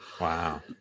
Wow